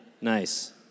Nice